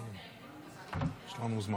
בבקשה.